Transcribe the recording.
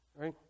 right